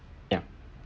ya